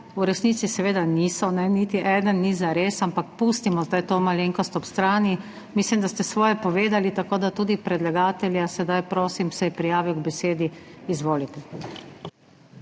v resnici seveda niso, niti eden ni zares, ampak pustimo zdaj ob strani to malenkost. Mislim, da ste svoje povedali, tako da tudi predlagatelja sedaj prosim, ker se je prijavil k besedi. Izvolite.